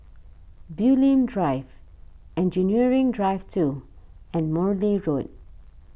Bulim Drive Engineering Drive two and Morley Road